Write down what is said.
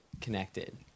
connected